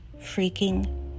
freaking